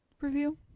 review